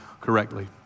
correctly